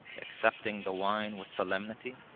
accepting the wine with solemnity.